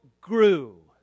grew